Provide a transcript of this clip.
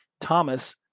Thomas